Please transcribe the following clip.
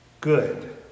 good